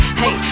hey